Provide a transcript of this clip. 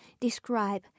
describe